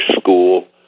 school